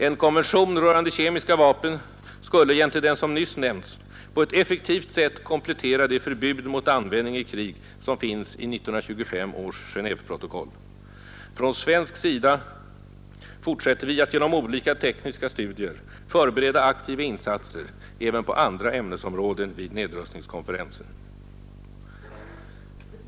En konvention rörande kemiska vapen skulle jämte den som nyss nämnts på ett effektivt sätt komplettera det förbud mot användning i krig som finns i 1925 års Genétveprotokoll. Från svensk sida fortsätter vi att genom olika tekniska studier förbereda aktiva insatser även på andra ämnesområden vid nedrustningskonferensen.